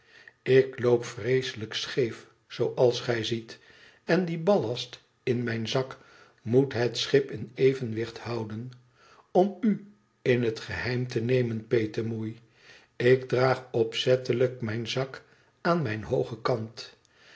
ik loop vreeselijk scheef zooals gij ziet en die ballast in mijn zak moet het schip in evenwicht houden om uin het geheim te nemen petemoei ik draag opzettelijk mijn zak aan mijn hoogen kant